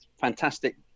fantastic